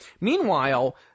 meanwhile